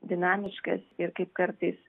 dinamiškas ir kaip kartais